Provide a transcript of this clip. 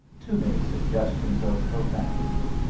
too many suggestions of profanity.